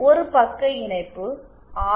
ஒரு பக்க இணைப்பு ஆர்